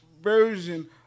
version